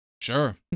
Sure